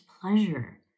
pleasure